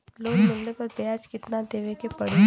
Loan मिलले पर ब्याज कितनादेवे के पड़ी?